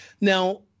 Now